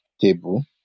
table